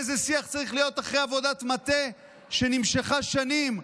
איזה שיח צריך להיות אחרי עבודת מטה שנמשכה שנים,